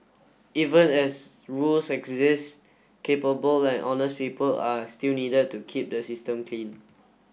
even as rules exist capable and honest people are still needed to keep the system clean